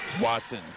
Watson